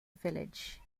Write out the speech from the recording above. village